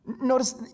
Notice